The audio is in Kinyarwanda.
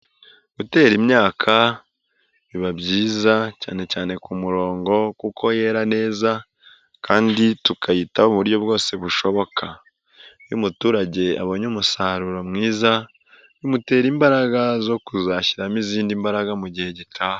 Gutera imyaka biba byiza cyane cyane ku murongo kuko yera neza kandi tukayitaho mu buryo bwose bushoboka, iyo umuturage abonye umusaruro mwiza bimutera imbaraga zo kuzashyiramo izindi mbaraga mu gihe gitaha.